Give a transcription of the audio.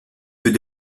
veut